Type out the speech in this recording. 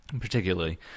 particularly